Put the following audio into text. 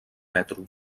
metro